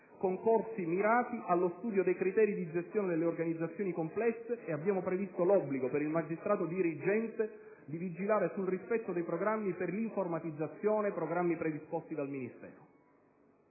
con corsi mirati allo studio dei criteri di gestione delle organizzazioni complesse, e abbiamo previsto l'obbligo per il magistrato dirigente di vigilare sul rispetto dei programmi per l'informatizzazione predisposti dal Ministero.